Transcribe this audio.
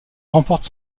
remporte